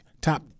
top